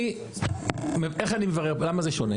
אני, איך אני מברר, למה זה שונה?